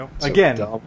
Again